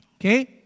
Okay